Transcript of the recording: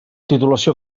titulació